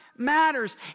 matters